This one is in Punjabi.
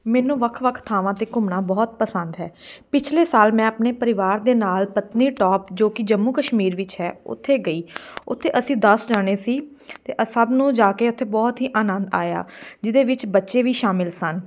ਮੈਨੂੰ ਵੱਖ ਵੱਖ ਥਾਵਾਂ 'ਤੇ ਘੁੰਮਣਾ ਬਹੁਤ ਪਸੰਦ ਹੈ ਪਿਛਲੇ ਸਾਲ ਮੈਂ ਆਪਣੇ ਪਰਿਵਾਰ ਦੇ ਨਾਲ ਪਤਨੀਟੋਪ ਜੋ ਕਿ ਜੰਮੂ ਕਸ਼ਮੀਰ ਵਿੱਚ ਹੈ ਉੱਥੇ ਗਈ ਉੱਥੇ ਅਸੀਂ ਦਸ ਜਣੇ ਸੀ ਅਤੇ ਸਭ ਨੂੰ ਜਾ ਕੇ ਉੱਥੇ ਬਹੁਤ ਹੀ ਆਨੰਦ ਆਇਆ ਜਿਹਦੇ ਵਿੱਚ ਬੱਚੇ ਵੀ ਸ਼ਾਮਿਲ ਸਨ